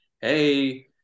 hey